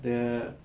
their